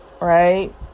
Right